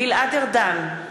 (קוראת בשמות חברי הכנסת) גלעד ארדן,